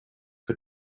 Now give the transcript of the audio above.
for